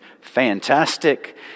fantastic